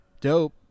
dope